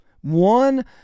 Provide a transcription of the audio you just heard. One